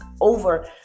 over